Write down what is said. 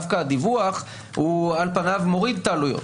דווקא הדיווח הוא על פניו מוריד את העלויות.